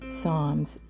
Psalms